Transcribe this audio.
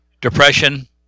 Depression